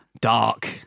Dark